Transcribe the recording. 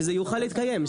שזה יוכל להתקיים,